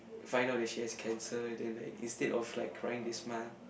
find out that she has cancer then like instead of like crying they smile